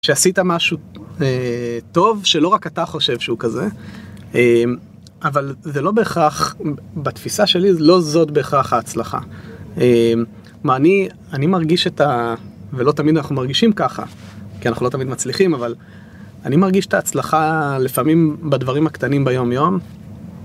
כשעשית משהו טוב, שלא רק אתה חושב שהוא כזה, אבל זה לא בהכרח, בתפיסה שלי, לא זאת בהכרח ההצלחה. מה, אני מרגיש את ה... ולא תמיד אנחנו מרגישים ככה, כי אנחנו לא תמיד מצליחים, אבל אני מרגיש את ההצלחה לפעמים בדברים הקטנים ביום-יום.